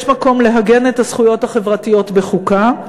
מקום לעגן את הזכויות החברתיות בחוקה,